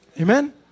Amen